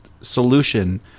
solution